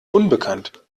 unbekannt